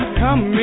come